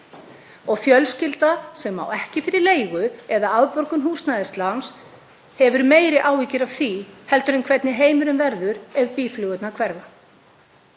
Og fjölskylda sem á ekki fyrir leigu eða afborgun húsnæðisláns hefur meiri áhyggjur af því heldur en hvernig heimurinn verður ef býflugurnar hverfa.